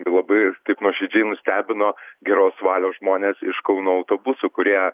ir labai nuoširdžiai nustebino geros valios žmonės iš kauno autobusų kurie